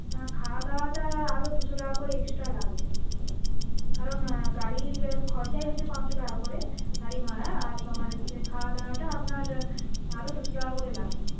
না খাওয়া দাওয়াটা আরও দুশো টাকা করে এক্সট্রা লাগবে কারণ গাড়ির খরচাই হচ্ছে পাঁচশো টাকা করে গাড়ি ভাড়া আর তোমার হচ্ছে খাওয়া দাওয়াটা আপনার আরও দুশো টাকা করে লাগবে